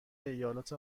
ایالات